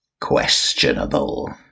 Questionable